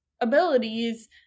abilities